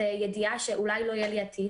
זה ידיעה שאולי לא יהיה לי עתיד,